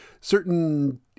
certain